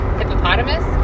hippopotamus